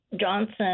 Johnson